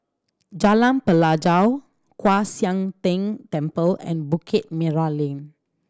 Jalan Pelajau Kwan Siang Tng Temple and Bukit Merah Lane